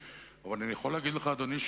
אבל לא הביא בחשבון את צירוף המקרים של